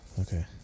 Okay